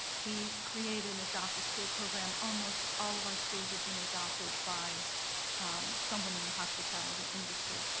he created an adopt-a-school program. almost all of our schools have been adopted by someone in the hospitality industry,